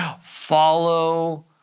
follow